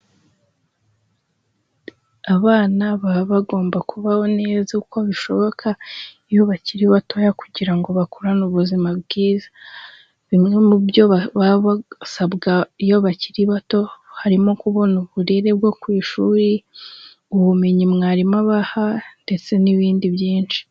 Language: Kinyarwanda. Abana baba bagomba kubaho neza uko bishoboka iyo bakiri batoya kugira ngo bakurane ubuzima bwiza, bimwe mu byo baba basabwa iyo bakiri bato harimo kubona uburere bwo ku ishuri, ubumenyi mwarimu abaha, ndetse n'ibindi byinshi.